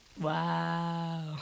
Wow